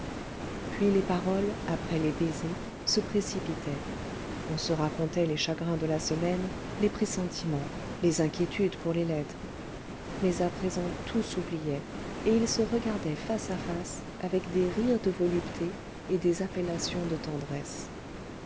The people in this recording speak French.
puis les paroles après les baisers se précipitaient on se racontait les chagrins de la semaine les pressentiments les inquiétudes pour les lettres mais à présent tout s'oubliait et ils se regardaient face à face avec des rires de volupté et des appellations de tendresse